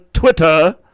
Twitter